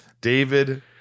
David